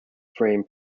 frame